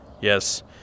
Yes